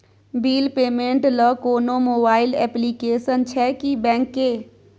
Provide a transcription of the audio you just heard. Bill payment ल कोनो mobile application छै की बैंक के?